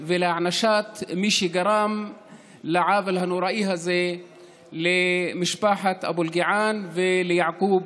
ולהענשת מי שגרם לעוול הנורא הזה למשפחת אבו אלקיעאן וליעקוב